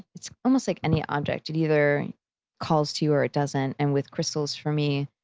it's almost like any object, it either calls to you or it doesn't. and with crystals, for me,